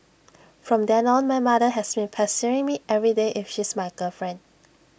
from then on my mother has been pestering me everyday if she's my girlfriend